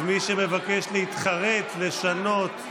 אז מי שמבקש להתחרט, לשנות,